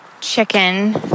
chicken